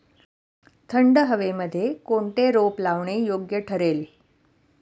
थंड हवेमध्ये कोणते रोप लावणे योग्य ठरेल?